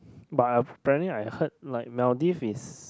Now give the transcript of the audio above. but I planning I heard like Maldives is